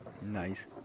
Nice